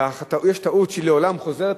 ויש טעות שהיא לעולם חוזרת,